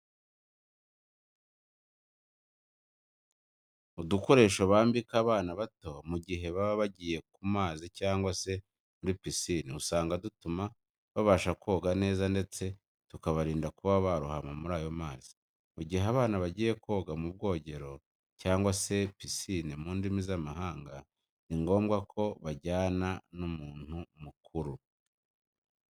Udukoresho bambika abana bato mu gihe baba bagiye ku mazi cyangwa se muri pisine usanga dutuma babasha koga neza ndetse tukabarinda kuba barohama muri ayo mazi. Mu gihe abana bagiye koga mu bwogero cyangwa se pisine mu ndimi z'amahanga, ni ngombwa ko bajyana n'umuntu mukuru.